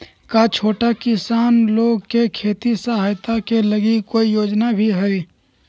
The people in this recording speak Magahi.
का छोटा किसान लोग के खेती सहायता के लगी कोई योजना भी हई?